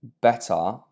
better